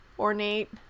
Ornate